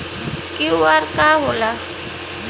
QR का होला?